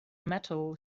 metal